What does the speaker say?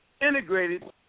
integrated